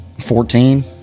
Fourteen